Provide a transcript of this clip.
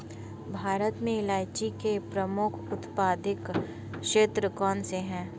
भारत में इलायची के प्रमुख उत्पादक क्षेत्र कौन से हैं?